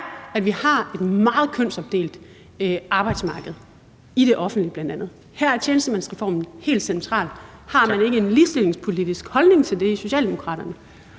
at vi har et meget kønsopdelt arbejdsmarked i bl.a. det offentlige. Her er tjenestemandsreformen helt central. Har man ikke en ligestillingspolitisk holdning til det i Socialdemokratiet?